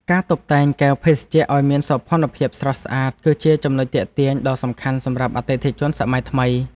ការតុបតែងកែវភេសជ្ជៈឱ្យមានសោភ័ណភាពស្រស់ស្អាតគឺជាចំណុចទាក់ទាញដ៏សំខាន់សម្រាប់អតិថិជនសម័យថ្មី។